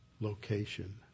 location